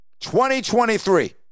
2023